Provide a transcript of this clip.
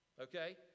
Okay